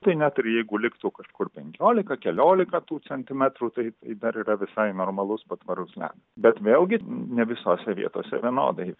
tai net ir jeigu liktų kažkur penkiolika keliolika tų centimetrų tai dar yra visai normalus patvarus ledas bet vėlgi ne visose vietose vienodai